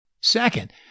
Second